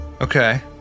Okay